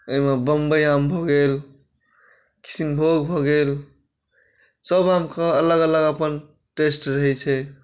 एहिमे बम्बइ आम भऽ गेल कृष्ण भोग भऽ गेल सभ आमके अलग अलग अपन टेस्ट रहै छै